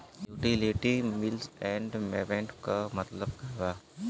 Utility bills and payments क मतलब का बा?